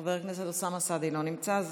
חבר הכנסת אוסאמה סעדי, אינו נמצא.